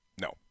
no